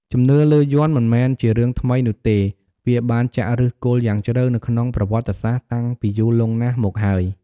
ជំនឿលើយ័ន្តមិនមែនជារឿងថ្មីនោះទេ វាបានចាក់ឫសគល់យ៉ាងជ្រៅនៅក្នុងប្រវត្តិសាស្ត្រតាំងពីយូរលង់ណាស់មកហើយ។